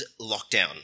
lockdown